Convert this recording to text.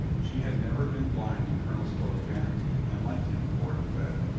she had never been blind to colonel stow's vanity and liked him for it the better.